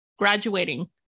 graduating